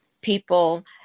people